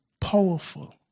powerful